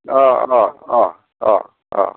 अ' अ' अ' अ' अ'